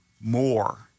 more